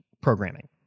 programming